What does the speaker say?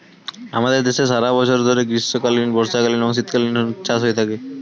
আমাদের দেশে সারা বছর ধরে গ্রীষ্মকালীন, বর্ষাকালীন এবং শীতকালীন চাষ করা হয়ে থাকে